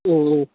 ம் ம்